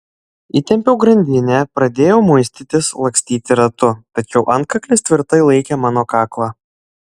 įtempiau grandinę pradėjau muistytis lakstyti ratu tačiau antkaklis tvirtai laikė mano kaklą